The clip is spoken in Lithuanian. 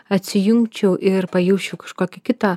atsijungčiau ir pajusčiau kažkokį kitą